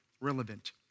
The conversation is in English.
relevant